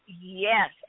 Yes